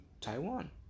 Taiwan